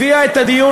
הביאה את הדיון,